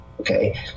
Okay